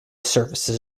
surfaces